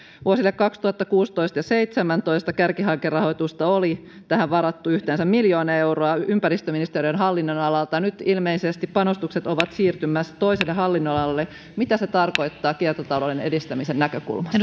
vuosille kaksituhattakuusitoista ja kaksituhattaseitsemäntoista kärkihankerahoitusta oli tähän varattu yhteensä miljoona euroa ympäristöministeriön hallinnonalalta nyt ilmeisesti panostukset ovat siirtymässä toiselle hallinnonalalle mitä se tarkoittaa kiertotalouden edistämisen näkökulmasta